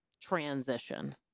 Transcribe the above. transition